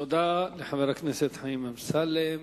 תודה לחבר הכנסת חיים אמסלם.